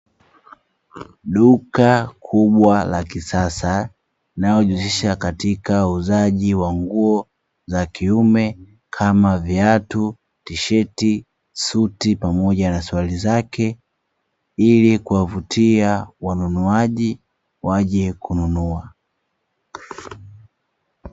Duka kubwa la kisasa linalojihusisha katika uuzaji wa nguo za kiume kama viatu, tisheti, suti pamoja na suruali zake ili kuwavutia wanunuaji kwa ajili ya kununua.